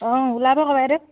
অঁ ওলাব আকৌ বাইদেউ